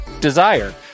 Desire